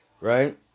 Right